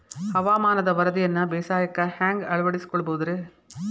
ಹವಾಮಾನದ ವರದಿಯನ್ನ ಬೇಸಾಯಕ್ಕ ಹ್ಯಾಂಗ ಅಳವಡಿಸಿಕೊಳ್ಳಬಹುದು ರೇ?